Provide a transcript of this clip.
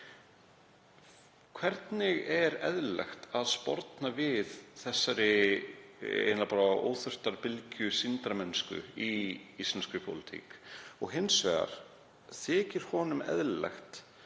Hvernig er eðlilegt að sporna við þessari eiginlega bara óþurftar bylgju sýndarmennsku í íslenskri pólitík? Og hins vegar: Þykir hv. þingmanni eðlilegt